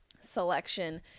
selection